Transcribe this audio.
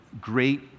great